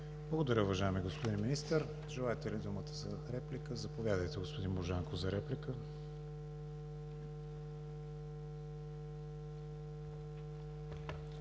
Благодаря, уважаеми господин министър. Желаете ли думата за реплика? Заповядайте, господин Божанков, за реплика.